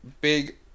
Big